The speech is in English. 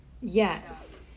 Yes